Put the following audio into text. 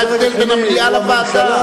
זה ההבדל בין המליאה לוועדה.